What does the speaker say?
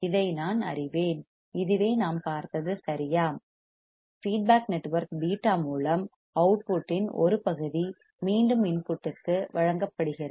இதை நான் அறிவேன் இதுவே நாம் பார்த்தது சரியா ஃபீட்பேக் நெட்வொர்க் β மூலம் அவுட்புட்டின் ஒரு பகுதி மீண்டும் இன்புட்டிற்கு வழங்கப்படுகிறது